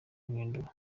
guhindura